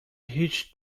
هیچ